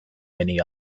many